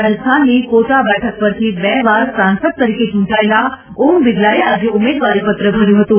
રાજસ્થાનની કોટા બેઠક પરથી બે વાર સાંસદ તરીકે ચૂંટાયેલા ઓમ બિરલાએ આજે ઉમેદવારીપત્ર ભર્યું હતું